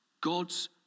God's